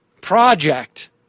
project